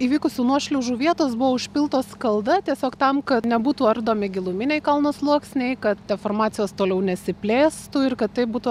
įvykusių nuošliaužų vietos buvo užpiltos skalda tiesiog tam kad nebūtų ardomi giluminiai kalno sluoksniai kad deformacijos toliau nesiplėstų ir kad taip būtų